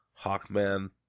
Hawkman